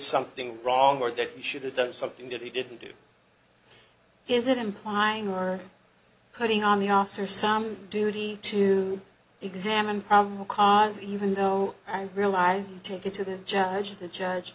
something wrong or that he should have done something that he didn't do is it implying or putting on the officer some duty to examine power because even though i realize take it to the judge the judge